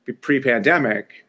pre-pandemic